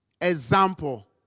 example